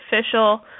official